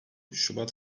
şubat